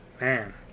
man